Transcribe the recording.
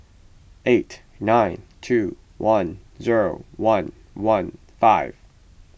eight nine two one zero one one five